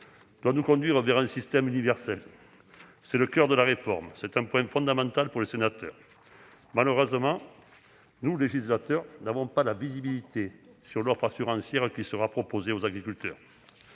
doit nous conduire vers un système universel. C'est le coeur de la réforme et c'est un point fondamental pour les sénateurs. Malheureusement, le législateur n'a pas de visibilité sur l'offre assurantielle qui sera proposée aux agriculteurs.